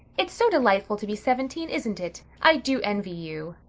it's so delightful to be seventeen, isn't it? i do envy you,